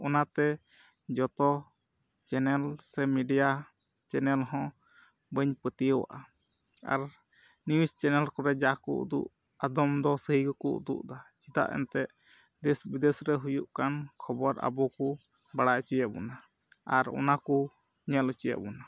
ᱚᱱᱟᱛᱮ ᱡᱚᱛᱚ ᱪᱮᱱᱮᱞ ᱥᱮ ᱢᱤᱰᱤᱭᱟ ᱪᱮᱱᱮᱞ ᱦᱚᱸ ᱵᱟᱹᱧ ᱯᱟᱹᱛᱭᱟᱹᱣᱟᱜᱼᱟ ᱟᱨ ᱱᱤᱭᱩᱡᱽ ᱪᱮᱱᱮᱞ ᱠᱚᱨᱮᱜ ᱡᱟ ᱠᱚ ᱩᱫᱩᱜ ᱟᱫᱚᱢ ᱫᱚ ᱥᱟᱹᱨᱤ ᱦᱚᱸᱠᱚ ᱩᱫᱩᱜ ᱮᱫᱟ ᱪᱮᱫᱟᱜ ᱮᱱᱛᱮᱫ ᱫᱮᱥ ᱵᱤᱫᱮᱥ ᱨᱮ ᱦᱩᱭᱩᱜ ᱠᱟᱱ ᱠᱷᱚᱵᱚᱨ ᱟᱵᱚ ᱠᱚ ᱵᱟᱲᱟᱭ ᱦᱚᱪᱚᱭᱮᱜ ᱵᱚᱱᱟ ᱟᱨ ᱚᱱᱟ ᱠᱚ ᱧᱮᱞ ᱦᱚᱪᱚᱭᱮᱜ ᱵᱚᱱᱟ